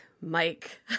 mike